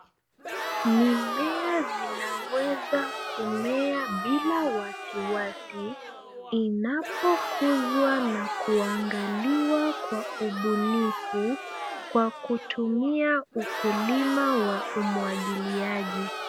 Mimea inaweza kumea bila wasiwasi inapokuzwa na kuangaliwa kwa ubunifu, kwa kutumia ukulima wa umwagiliaji.